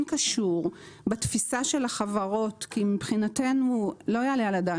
אני חושבת שזה כן קשור בתפיסה של החברות כי מבחינתנו לא יעלה על הדעת